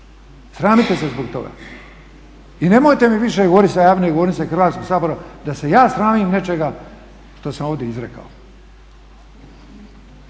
Sramite se zbog toga! I nemojte mi više govoriti sa javne govornice Hrvatskog sabora da se ja sramim nečega što sam ovdje izrekao.